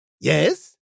Yes